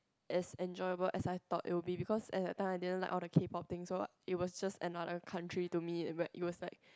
as enjoyable as I thought it would be because at that time I didn't like all the K-pop thing so it was another country to me but it was like